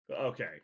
Okay